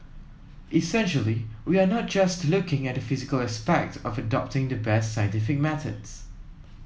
essentially we are not just looking at the physical aspect of adopting the best scientific methods